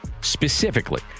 Specifically